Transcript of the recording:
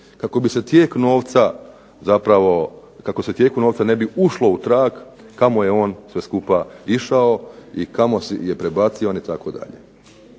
kako bi se tijeku novca ne bi ušlo u trag kamo je on sve skupa išao i kamo je prebacio on itd. To je